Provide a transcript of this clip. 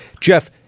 Jeff